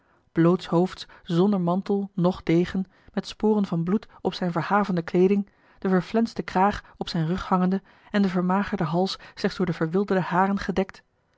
blootshoofds zonder mantel noch degen met sporen van bloed op zijne verhavende kleeding de verflenste kraag op zijn rug hangende en den vermagerden hals slechts door de verwilderde haren gedekt